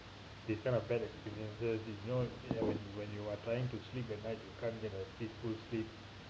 this kind of bad experiences you know uh when you when you are trying to sleep at night you can't get a sleep good sleep